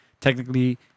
technically